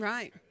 Right